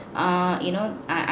err you know I I